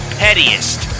pettiest